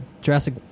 jurassic